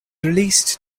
released